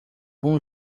bom